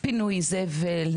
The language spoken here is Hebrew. פינוי זבל,